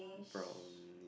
brown